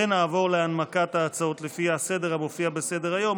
נעבור להנמקת ההצעות לפי הסדר המופיע בסדר-היום.